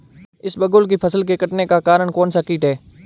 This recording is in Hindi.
इसबगोल की फसल के कटने का कारण कौनसा कीट है?